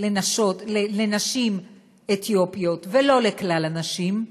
לנשים אתיופיות ולא לכלל הנשים,